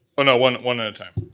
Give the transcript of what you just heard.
and one one at a time,